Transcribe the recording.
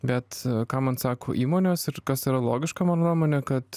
bet ką man sako įmonės ir kas yra logiška mano nuomone kad